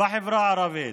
בחברה הערבית.